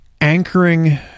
anchoring